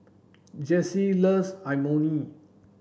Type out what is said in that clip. Jessie loves Imoni